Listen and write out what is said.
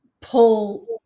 pull